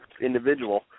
individual